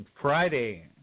Friday